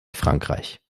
frankreich